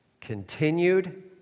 Continued